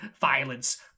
violence